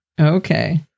Okay